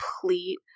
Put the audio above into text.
complete